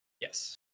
Yes